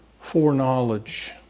foreknowledge